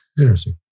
interesting